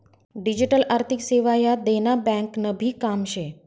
digital आर्थिक सेवा ह्या देना ब्यांकनभी काम शे